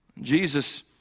Jesus